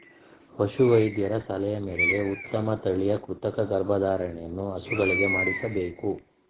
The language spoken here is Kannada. ಪಶು ವೈದ್ಯರ ಸಲಹೆ ಮೇರೆಗೆ ಉತ್ತಮ ತಳಿಯ ಕೃತಕ ಗರ್ಭಧಾರಣೆಯನ್ನು ಹಸುಗಳಿಗೆ ಮಾಡಿಸಬೇಕು